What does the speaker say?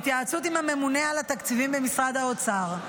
בהתייעצות עם הממונה על התקציבים במשרד האוצר,